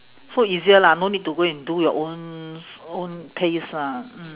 so easier lah no need to go and do your own s~ own paste lah mm